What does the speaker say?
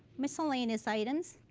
miscellaneous items,